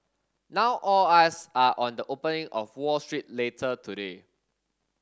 now all eyes are on the opening of Wall Street later today